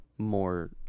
more